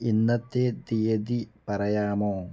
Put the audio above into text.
ഇന്നത്തെ തീയതി പറയാമോ